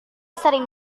sering